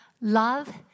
Love